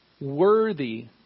Worthy